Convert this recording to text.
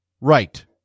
Right